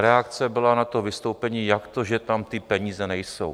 Reakce byla na to vystoupení: jak to, že tam ty peníze nejsou?